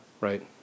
Right